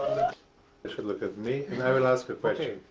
should look at me and i will ask a